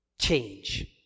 change